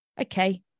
okay